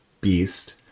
beast